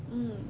mm